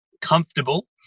comfortable